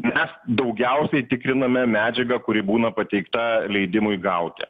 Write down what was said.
mes daugiausiai tikriname medžiagą kuri būna pateikta leidimui gauti